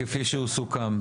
כפי שהוא סוכם.